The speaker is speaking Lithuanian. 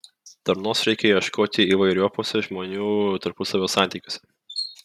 darnos reikia ieškoti įvairiopuose žmonių tarpusavio santykiuose